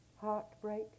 Heartbreak